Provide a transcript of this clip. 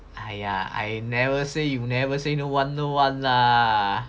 !aiya! I never say you never say no one no one no one lah